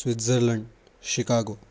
Switzerland Chicago